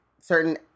certain